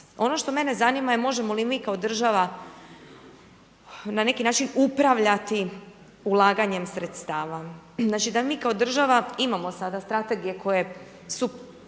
Ono što mene zanima je možemo li mi kao država na neki način upravljati ulaganjem sredstava, znači da mi kao država imamo sada strategije koje su,